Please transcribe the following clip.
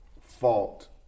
fault